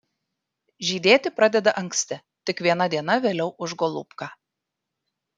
žydėti pradeda anksti tik viena diena vėliau už golubką